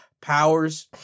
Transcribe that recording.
powers